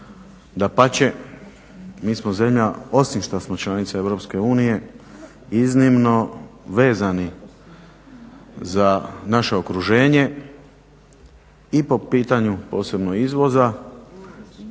dapače mi smo zemlja osim što smo članica EU iznimno vezani za naše okruženje i po pitanju posebno izvoza